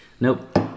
Nope